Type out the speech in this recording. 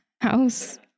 house